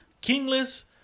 kingless